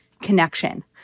connection